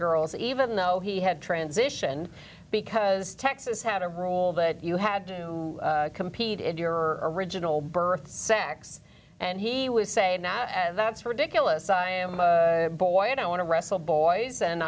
girls d even though he had transitioned because texas had a rule that you had to compete in your original birth sex and he was saying now as that's ridiculous i am a boy and i want to wrestle boys and